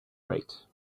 rate